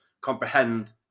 comprehend